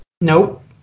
Nope